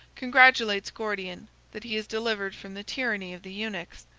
congratulates gordian that he is delivered from the tyranny of the eunuchs,